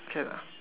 can